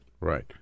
Right